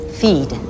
feed